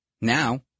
Now